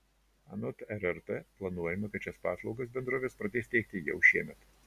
anot rrt planuojama kad šias paslaugas bendrovės pradės teikti jau šiemet